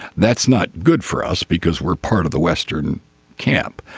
that's not good for us because we're part of the western camp.